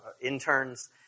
interns